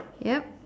yup